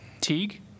Teague